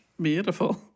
Beautiful